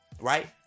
right